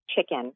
chicken